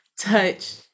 touch